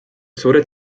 suured